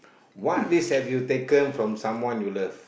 what risk have you taken from someone you love